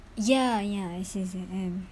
ya ya I_C_C_M